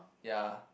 ya